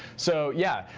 so yeah,